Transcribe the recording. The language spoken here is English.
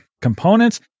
Components